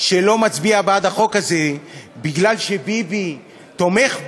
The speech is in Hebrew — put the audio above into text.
שלא מצביע בעד החוק הזה בגלל שביבי תומך בו,